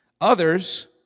others